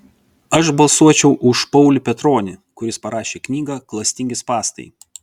aš balsuočiau už paulių petronį kuris parašė knygą klastingi spąstai